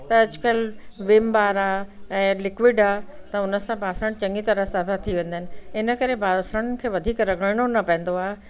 त अॼुकल्ह Vim bar आहे ऐं लिक्विड आहे त हुन सां ॿासण चङी तरह सफ़ा थी वेंदा आहिनि हिन करे ॿासण खे वधीक रगड़िनो न पवंदो आहे